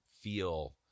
feel